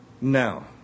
Now